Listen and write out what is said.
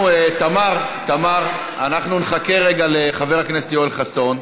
תמר, אנחנו נחכה רגע לחבר הכנסת יואל חסון.